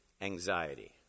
anxiety